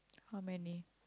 how many